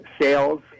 sales